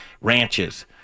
ranches